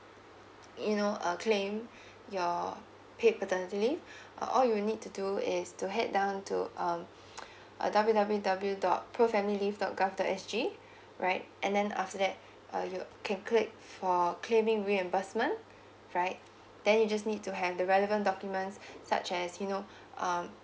you know uh claim your paid paternity leave uh all you need to do is to head down to um w w w dot pro family leave dot gov dot S G right and then after that uh you can click for claiming reimbursement right then you just need to have the relevant documents such as you know um